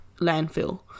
landfill